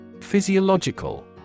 Physiological